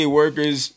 workers